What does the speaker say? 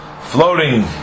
floating